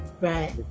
Right